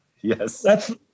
Yes